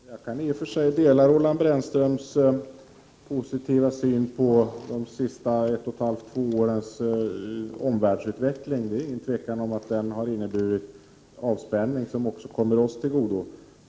Herr talman! Jag delar i och för sig Roland Brännströms positiva syn på de senaste 1 1/2-2 årens utveckling i omvärlden. Det råder inga tvivel om att denna utveckling har inneburit avspänning som också kommer oss till godo.